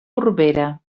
corbera